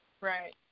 Right